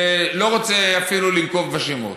ואני לא רוצה אפילו לנקוב בשמות.